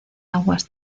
aguas